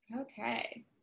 Okay